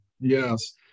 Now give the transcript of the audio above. Yes